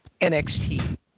nxt